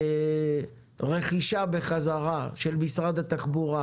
או אפשר פטנטים של רכישה חזרה של משרד התחבורה